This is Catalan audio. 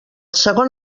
segon